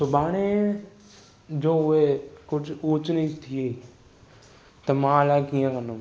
सुभाणे जो उहे जो कुझु ऊंच नीच थी त मां अलाए कीअं कंदुमि